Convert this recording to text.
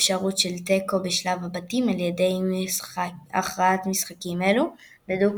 הטורניר ייפתח בשלב בתים המורכב מ-16 בתים בני שלוש נבחרות כל אחד,